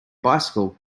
bicycle